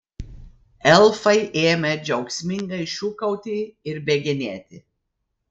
elfai ėmė džiaugsmingai šūkauti ir bėginėti